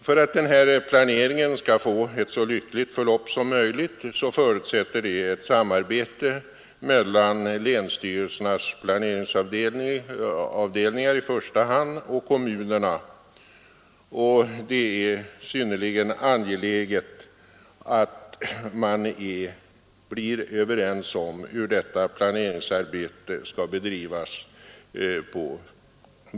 För att den här planeringen skall få ett så lyckligt förlopp som möjligt krävs ett samarbete mellan länsstyrelsernas planeringsavdelningar i första hand och kommunerna, och det är synnerligen angeläget att man blir överens om hur detta planeringsarbete bäst skall bedrivas.